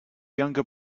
younger